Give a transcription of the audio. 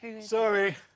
Sorry